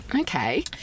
Okay